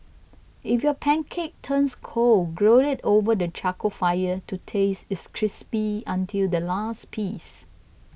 if your pancake turns cold grill it over the charcoal fire to taste it crispy until the last piece